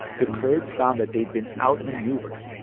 the kurds found that they'd been outmaneuvered.